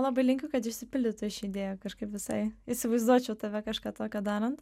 labai linkiu kad išsipildytų ši idėja kažkaip visai įsivaizduočiau tave kažką tokio darant